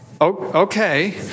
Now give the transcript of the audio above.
Okay